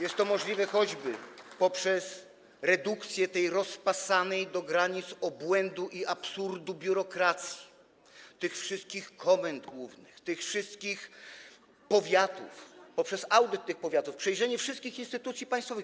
Jest to możliwe choćby poprzez redukcję tej rozpasanej do granic obłędu i absurdu biurokracji, tych wszystkich komend głównych, tych wszystkich powiatów, poprzez audyt tych powiatów, przejrzenie wszystkich instytucji państwowych.